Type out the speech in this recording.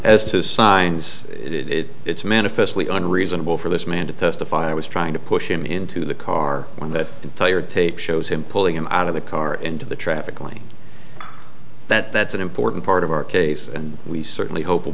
as to signs it it's manifestly and reasonable for this man to testify i was trying to push him into the car when that entire tape shows him pulling him out of the car into the traffic like that that's an important part of our case and we certainly hope w